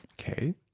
Okay